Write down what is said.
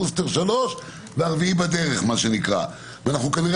בוסטר שלישי והרביעי בדרך ואנחנו כנראה